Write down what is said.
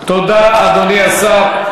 תודה, אדוני השר.